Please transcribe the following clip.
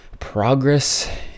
progress